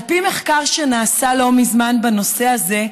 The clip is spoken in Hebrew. על פי מחקר שנעשה לא מזמן בנושא הזה,